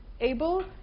able